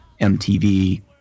MTV